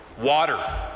water